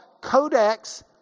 Codex